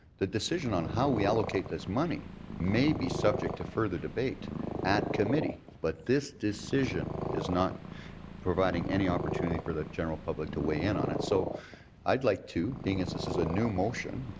the decision on how we allocate this money may be subject to further debate at committee, but this decision is not providing any opportunity for the general public to weigh in on, and so i'd like to, being as this is a new motion,